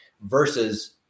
versus